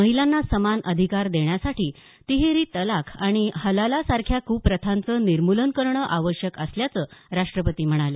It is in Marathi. महिलांना समान अधिकार देण्यासाठी तिहेरी तलाक आणि हलाला सारख्या कुप्रथांचं निर्मुलन करणं आवश्यक असल्याचं राष्ट्रपती म्हणाले